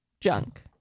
junk